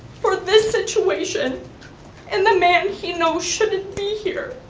for this situation and the man he knows shouldn't be here.